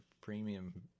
premium